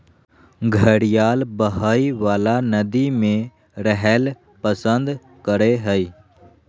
घड़ियाल बहइ वला नदि में रहैल पसंद करय हइ